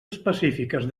específiques